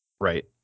Right